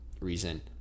reason